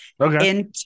Okay